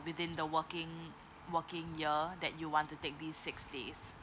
within the working working year that you want to take these six days